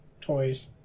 toys